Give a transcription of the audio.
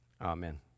amen